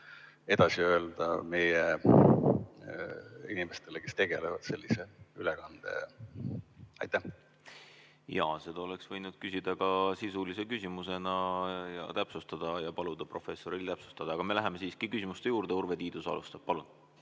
edasi öelda meie inimestele, kes tegelevad ülekandega. Jaa, seda oleks võinud küsida ka sisulise küsimusena ja paluda professoril täpsustada. Aga me läheme nüüd küsimuste juurde. Urve Tiidus alustab. Palun!